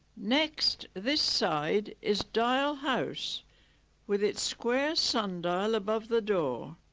next this side is dial house with its square sundial above the door